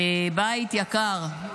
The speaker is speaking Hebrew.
בית יקר,